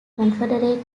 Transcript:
confederate